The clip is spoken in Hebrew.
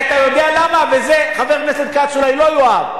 אתה יודע למה, ואת זה חבר הכנסת כץ אולי לא יאהב?